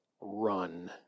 run